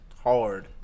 Hard